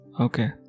Okay